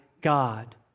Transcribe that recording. God